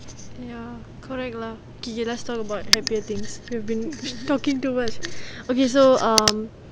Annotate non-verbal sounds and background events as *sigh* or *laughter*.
ya correct lah *laughs* okay let's talk about happier things we have been talking too much okay so um